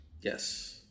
Yes